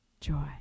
Joy